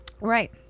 Right